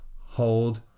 hold